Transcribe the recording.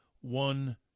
one